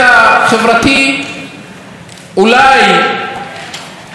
אולי הסטטיסטיקה מראה על ירידה באבטלה,